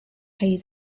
hayes